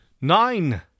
Nine